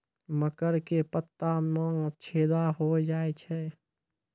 मकर के पत्ता मां छेदा हो जाए छै?